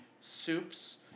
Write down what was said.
soups